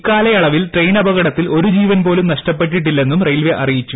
ഇക്കാലയളവിൽ ട്രെയിൻ അപകടത്തിൽ ഒരു ജീവൻ പോലും നഷ്ടപ്പെട്ടില്ലെന്നും റെയിൽവേ അറിയിച്ചു